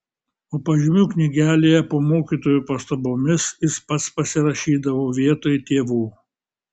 o pažymių knygelėje po mokytojų pastabomis jis pats pasirašydavo vietoj tėvų